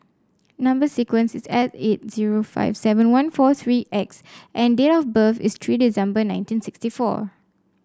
number sequence is S eight zero five seven one four three X and date of birth is three December nineteen sixty four